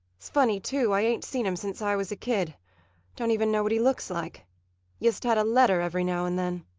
it's funny, too. i ain't seen him since i was a kid don't even know what he looks like yust had a letter every now and then.